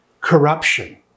corruption